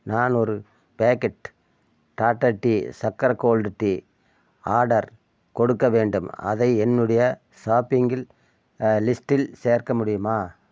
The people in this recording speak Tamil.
நான் ஒரு packet Tata tea Chakra gold tea order கொடுக்க வேண்டும் அதை என்னுடைய ஷாப்பிங்கில் லிஸ்ட்டில் சேர்க்க முடியுமா